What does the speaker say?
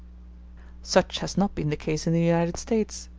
such has not been the case in the united states.